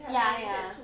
ya ya